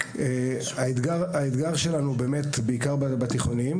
האתגר שלנו הוא בעיקר בבתי הספר התיכון.